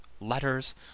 letters